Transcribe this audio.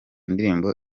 ndirimbo